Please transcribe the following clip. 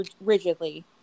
rigidly